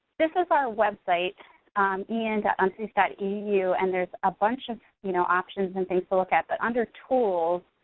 this is our website ian and ah umces edu and there's a bunch of you know options and things to look at. but under tools,